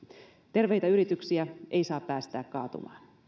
terveitä yrityksiä ei saa päästää kaatumaan